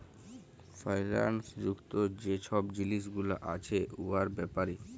ফাইল্যাল্স যুক্ত যে ছব জিলিস গুলা আছে উয়ার ব্যাপারে